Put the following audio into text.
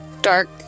dark